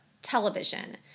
television